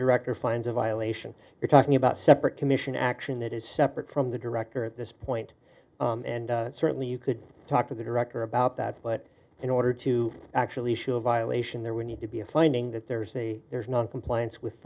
director finds a violation we're talking about separate commission action that is separate from the director at this point and certainly you could talk to the director about that but in order to actually issue a violation there would need to be a finding that there's a there's noncompliance with